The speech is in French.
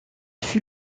fût